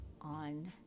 on